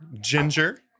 Ginger